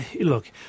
look